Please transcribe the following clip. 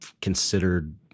considered